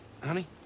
Honey